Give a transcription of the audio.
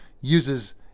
uses